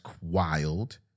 wild